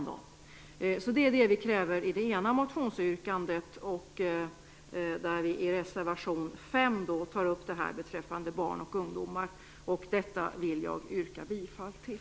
Det är alltså vad vi inom Kristdemokraterna kräver i det ena motionsyrkandet, där vi i reservation 5 tar upp frågan om barn och ungdomar. Detta yrkar jag bifall till.